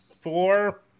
Four